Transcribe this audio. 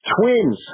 Twins